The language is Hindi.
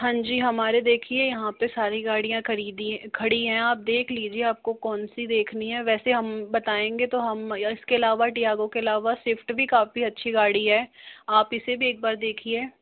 हाँ जी हमारे देखिए यहाँ पर सारी गाडियाँ खरीदी खड़ी हैं आप देख लीजिए आपको कौन सी देखना है वैसे हम बताएंगे तो हम इसके अलावा टियागो के अलावा स्विफ्ट भी काफी अच्छी गाड़ी है आप इसे भी एक बार देखिए